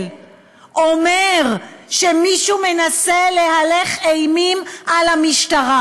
אומר שמישהו מנסה להלך אימים על המשטרה.